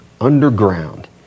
underground